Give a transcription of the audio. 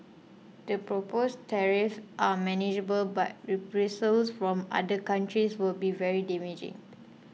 the proposed tariffs are manageable but reprisals from other countries would be very damaging